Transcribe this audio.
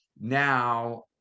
now